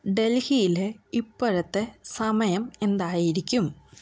ഡൽഹിയിലെ ഇപ്പോഴത്തെ സമയം എന്തായിരിക്കും